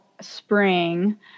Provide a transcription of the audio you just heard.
spring